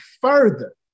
further